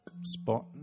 spot